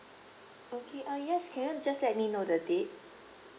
okay uh yes can you just let me know the date